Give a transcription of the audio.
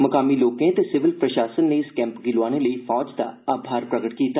मकामी लोकें ते सिविल प्रशासन नै इस कैंप गी लोआने लेई फौज दा आभार प्रगट कीता